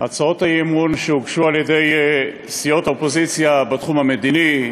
הצעות האי-אמון שהוגשו על-ידי סיעות האופוזיציה בתחום המדיני,